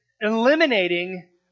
eliminating